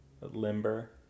limber